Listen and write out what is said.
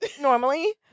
normally